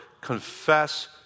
confess